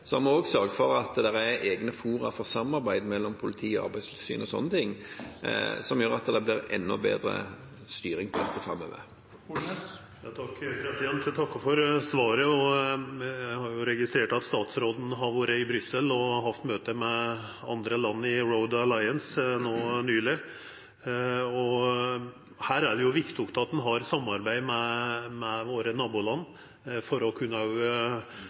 har også sørget for at det er egne fora for samarbeid mellom politi, arbeidstilsyn osv., som gjør at det blir enda bedre styring framover. Eg takkar for svaret. Eg har jo registrert at statsråden har vore i Brussel og hatt møte med andre land i Road Alliance no nyleg, og her er det viktig at ein har samarbeid med våre naboland for å kunne